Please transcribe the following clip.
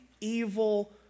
evil